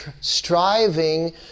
striving